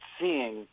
seeing